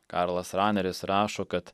karlas raneris rašo kad